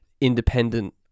independent